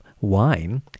wine